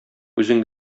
үзең